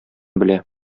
белә